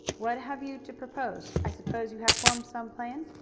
what have you to propose? i suppose you have formed some plan.